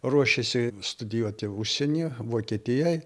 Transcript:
ruošėsi studijuoti užsienyje vokietijoj